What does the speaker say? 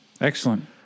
Excellent